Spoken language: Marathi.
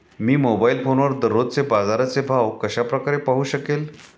मी मोबाईल फोनवर दररोजचे बाजाराचे भाव कशा प्रकारे पाहू शकेल?